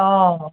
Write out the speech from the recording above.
অ